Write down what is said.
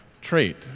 trait